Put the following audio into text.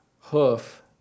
hoof